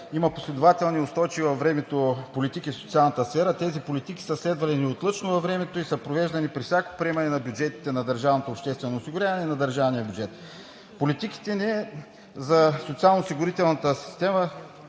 има последователна и устойчива във времето политика в социалната сфера. Тези политики са следвани неотлъчно във времето и са провеждани при всяко приемане на бюджетите на държавното обществено осигуряване и на държавния бюджет. Политиките ни за социалноосигурителната система